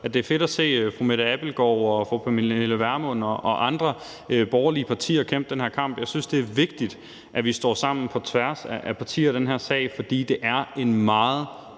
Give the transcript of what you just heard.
at det er fedt at se fru Mette Abildgaard, fru Pernille Vermund og andre fra borgerlige partier kæmpe den her kamp. Jeg synes, det er vigtigt, at vi står sammen på tværs af partier i den her sag, for det er en meget